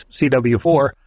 CW4